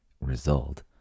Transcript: result